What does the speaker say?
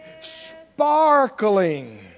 sparkling